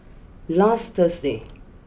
last Thursday